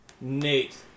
Nate